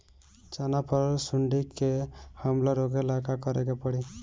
चना पर सुंडी के हमला रोके ला का करे के परी?